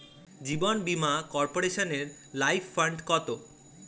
জীবন বীমা কর্পোরেশনের life fund কত?